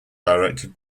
directed